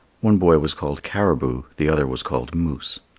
one boy was called caribou the other was called moose.